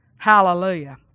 Hallelujah